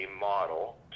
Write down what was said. model